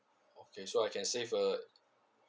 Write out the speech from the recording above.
okay so I can save a